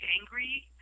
angry